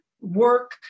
work